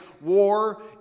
war